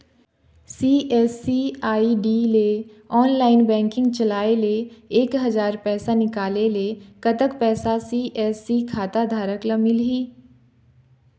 CSC ID ले online banking चलाए ले एक हजार पैसा निकाले ले कतक पैसा सी.एस.सी खाता धारक ला मिलही?